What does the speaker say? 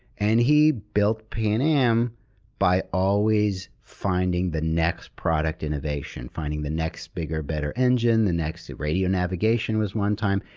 and he built pan am by always finding the next product innovation, finding the next bigger, better engine, the next radio navigation was one time,